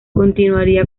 continuaría